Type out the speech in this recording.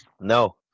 No